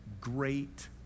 great